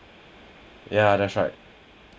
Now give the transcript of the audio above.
ya that's right